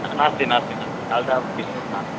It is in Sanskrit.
नास्ति नास्ति नास्ति डाल्डा मिश्रं नास्ति